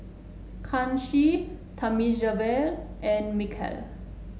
Kanshi Thamizhavel and Milkha